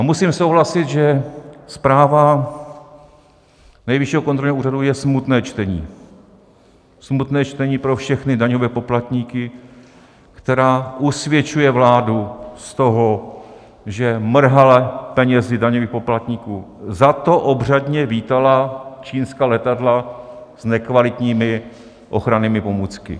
Musím souhlasit, že zpráva Nejvyššího kontrolního úřadu je smutné čtení, smutné čtení pro všechny daňové poplatníky, která usvědčuje vládu z toho, že mrhala penězi daňových poplatníků, zato obřadně vítala čínská letadla s nekvalitními ochrannými pomůckami.